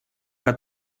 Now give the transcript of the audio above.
que